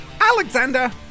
Alexander